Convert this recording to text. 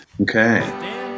Okay